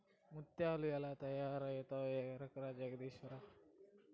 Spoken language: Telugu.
ముత్యాలు ఎలా తయారవుతాయో ఎరకనా జగదీశ్వరా